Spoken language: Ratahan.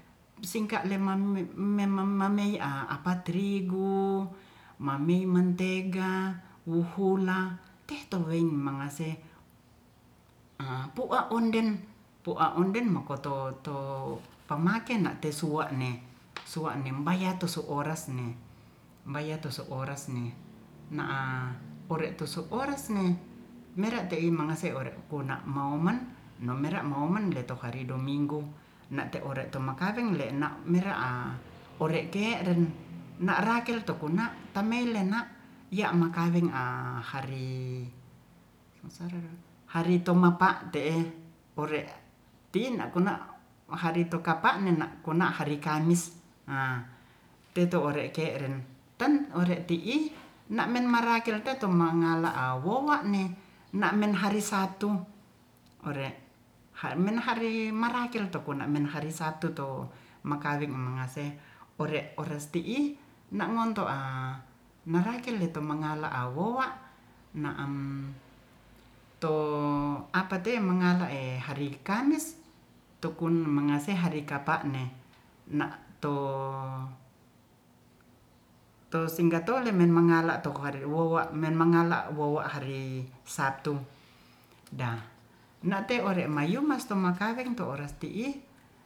Singka le mami mema mameye a apa terigu mami mentega wuhula teto win mangase pua onden mako to to pamake na ten sua'ne suane baya tusu oras ne baya tu su oras ne ore tu su oras mi nera ti i mangase ore kuna momen nawera momen le to hari dominggo na te ore to makapeng mile na mira a ore ke don na rakel to kuna tamaien na ya makaweng a hari hari toma pa te'e ore tina nakuna na hari to kapa na kona hari kamis teto ore keren ten ore ti i na men marakel teto mangala awona me na men hari sabtu ore men hari marakel to kona men hari sabtu to makaweng mangase ore ores ti'i na ngonto a nuraikel le to mangala awoa na am to apate mangala e hari kamis to kun mangase hari kapa ne to singgato le ne mangala to hari wowa men megala wowa hari sabtu da nate ore mayumas toma kaweng to oras ti i